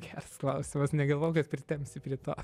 geras klausimas negalvojau kad pritempsi prie to